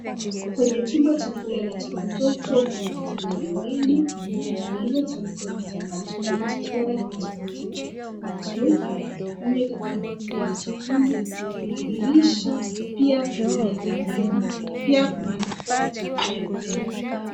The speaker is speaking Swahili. Kwenye chumba cha kulala cha watoto, kuna vitanda viwili vilivyotandikwa vitambaa tofauti. Kitanda kimoja kimetandikwa kitambaa cheupe, kingine kimetandikwa kitambaa chekundu. Kuna dirisha pia kuna meza mbili, pia kuna vifaa vya kuchezea.